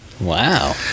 Wow